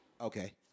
Okay